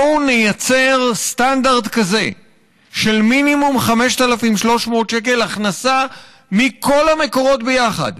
בואו נייצר סטנדרט כזה של מינימום 5,300 שקל הכנסה מכל המקורות ביחד